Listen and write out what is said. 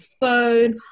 phone